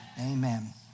Amen